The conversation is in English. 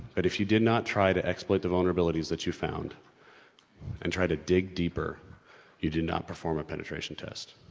but if you did not try to exploit the vulnerabilities that you found and tried to dig deeper you did not perform a penetration test.